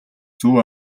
зөв